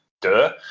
Duh